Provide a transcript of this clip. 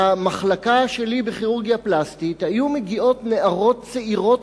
למחלקה שלי בכירורגיה פלסטית היו מגיעות נערות צעירות